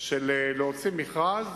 להוציא מכרז